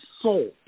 soul